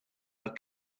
are